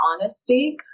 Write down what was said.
honesty